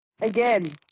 again